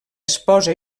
esposa